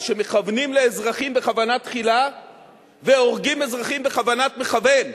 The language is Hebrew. זה שמכוונים לאזרחים בכוונה תחילה והורגים אזרחים בכוונת מכוון.